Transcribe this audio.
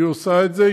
היא עושה את זה.